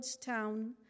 town